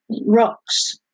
rocks